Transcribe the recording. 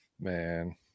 Man